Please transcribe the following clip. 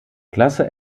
klasse